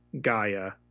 Gaia